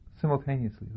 simultaneously